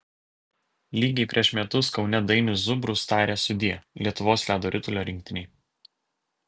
lygiai prieš metus kaune dainius zubrus tarė sudie lietuvos ledo ritulio rinktinei